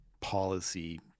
policy